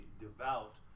devout